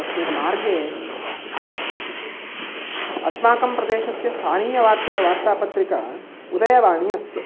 तस्मिन् मार्गे आगच्छन्ति अस्माकं प्रदेशस्य स्थानीयवार्ता वार्तापत्रिका उदयवाणी अस्ति